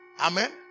Amen